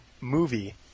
movie